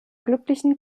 glücklichen